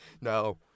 No